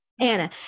Anna